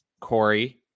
Corey